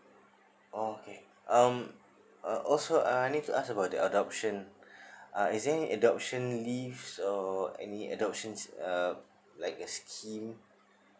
okay um also I need to ask about the adoption uh is it adoption leave or any adoptions uh like a scheme